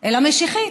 אלא משיחית,